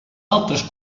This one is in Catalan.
altres